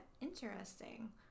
Interesting